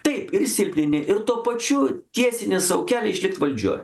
taip ir silpnini ir tuo pačiu tiesini sau kelią išlikt valdžioj